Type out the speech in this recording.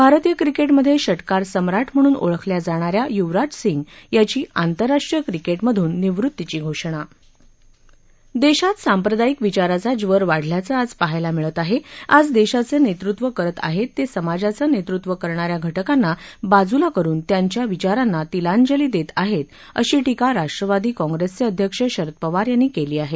भारतीय क्रिकेटमध्ये षटकार सम्राट म्हणून ओळखल्या जाणाऱ्या य्वराज सिंग याची आंतरराष्ट्रीय क्रिकेटमध्न निवृत्तीची घोषणा देशात सांप्रदायिक विचाराचा ज्वर वाढल्याचं आज पाहायला मिळत आहे आज देशाचे नेतृत्व करत आहेत ते समाजाचे नेतृत्व करणाऱ्या घटकांना बाजूला करुन त्यांच्या विचारांना तिलांजली देत आहेत अशी टीका राष्ट्रवादी काँग्रेसचे अध्यक्ष शरद पवार यांनी केली आहे